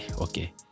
okay